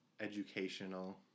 educational